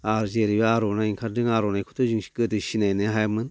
आरो जेरै आरनाइ ओंखारदों आरनाइखौथ' गोदो जों सिनायनोनो हायामोन